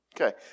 Okay